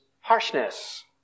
harshness